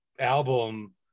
album